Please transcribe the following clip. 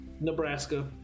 Nebraska